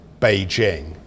Beijing